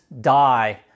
die